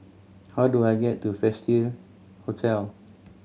how do I get to Festive Hotel